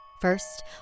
First